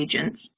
agents